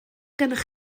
gennych